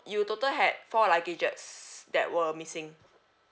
you total had four luggages that were missing